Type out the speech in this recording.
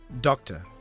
Doctor